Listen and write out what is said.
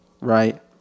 right